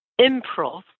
Improv